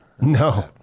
No